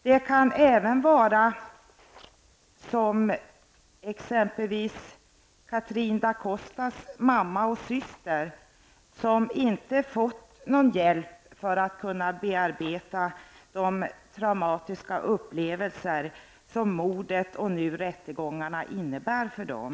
Det kan även vara t.ex. Cathrine Da Costas mamma och syster som inte fått någon hjälp för att kunna bearbeta de traumatiska upplevelser som mordet och nu rättegångarna innebär för dem.